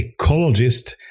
ecologist